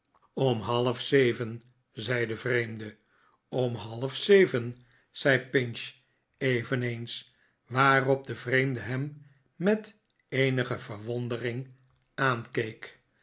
om halfzeven zei de vreemde om halfzeven zei pinch eveneens waarop de vreemde hem met eenige verwondering aankeek